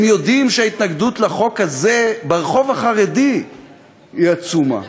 הם יודעים שההתנגדות לחוק הזה ברחוב החרדי היא עצומה.